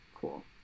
cool